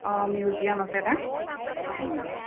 অঁ মিউজিয়াম আছে এটা